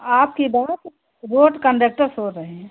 आपकी बात road conductor से हो रही है